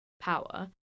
power